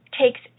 takes